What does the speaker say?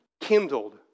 kindled